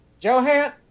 Johan